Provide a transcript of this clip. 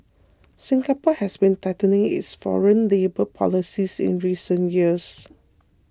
Singapore has been tightening its foreign labour policies in recent years